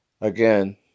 again